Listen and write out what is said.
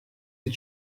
did